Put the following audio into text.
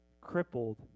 crippled